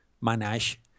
manage